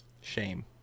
Shame